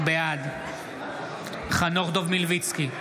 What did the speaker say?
בעד חנוך דב מלביצקי,